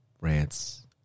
Rants